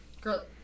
Girl